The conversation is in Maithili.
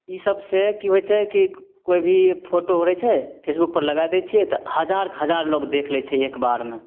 इसबसे की होइ छै की कोइ भी फोटो रहै छै फेसबुकपर लगा दै छियै तऽ हजारके हजार लोग देख लै छै एक बारमे